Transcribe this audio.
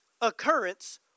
occurrence